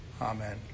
Amen